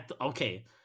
Okay